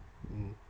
mm